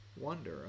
wonder